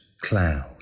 cloud